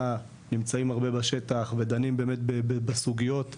נמצאים הרבה בשטח ודנים באמת בסוגיות שלנו.